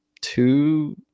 Two